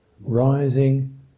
rising